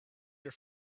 your